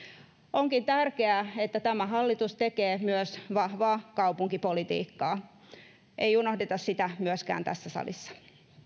onkin tärkeää että tämä hallitus tekee myös vahvaa kaupunkipolitiikkaa ei unohdeta sitä myöskään tässä salissa